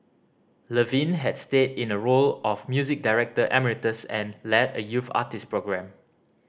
Levine had stayed in a role of music director emeritus and led a youth artist program